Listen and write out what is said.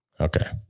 Okay